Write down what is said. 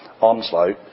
Onslow